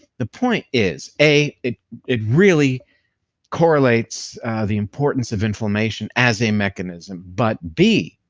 the point is a, it it really correlates the importance of inflammation as a mechanism, but b,